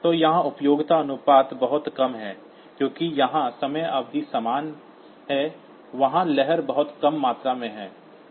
तो यहां उपयोगिता अनुपात बहुत कम है क्योंकि जहां समय अवधि समान है वहां लहर बहुत कम मात्रा में है